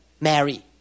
Mary